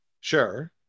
Sure